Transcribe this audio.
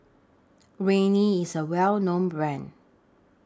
Rene IS A Well known Brand